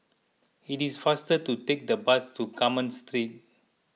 it is faster to take the bus to Carmen Street